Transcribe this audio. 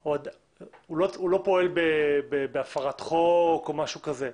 הוא לא פועל בהפרת חוק או משהו כזה.